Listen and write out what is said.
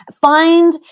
find